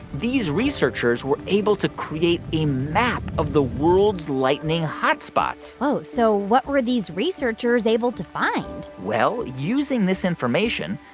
these researchers were able to create a map of the world's lightning hot spots whoa. so what were these researchers able to find? well, using this information,